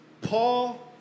Paul